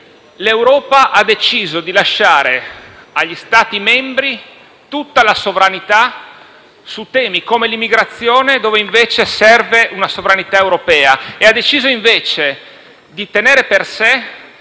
l'Europa ha deciso di lasciare agli Stati membri tutta la sovranità su temi come l'immigrazione, dove invece serve una sovranità europea, e ha deciso invece di tenere per sé